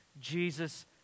Jesus